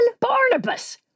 Barnabas